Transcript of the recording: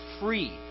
free